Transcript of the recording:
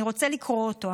אני רוצה לקרוא אותו",